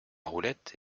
roulette